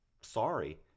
sorry